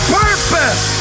purpose